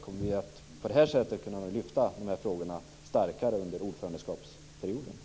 Kommer vi på det här sättet att starkare kunna lyfta fram de här frågorna under ordförandeskapsperioden?